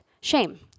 shame